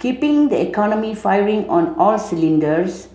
keeping the economy firing on all cylinders